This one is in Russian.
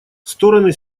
стороны